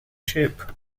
shape